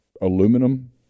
aluminum